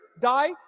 die